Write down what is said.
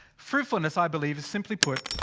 fruitfulness, i believe is simply put.